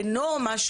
לנורמה,